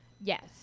Yes